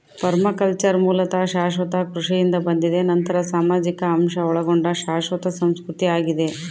permaculture ಮೂಲತಃ ಶಾಶ್ವತ ಕೃಷಿಯಿಂದ ಬಂದಿದೆ ನಂತರ ಸಾಮಾಜಿಕ ಅಂಶ ಒಳಗೊಂಡ ಶಾಶ್ವತ ಸಂಸ್ಕೃತಿ ಆಗಿದೆ